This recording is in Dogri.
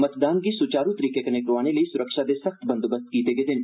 मतदान गी सुचारू तरीके कन्नै करोआने लेई सुरक्षा दे सख्त बंदोबस्त कीते गेदे न